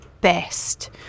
best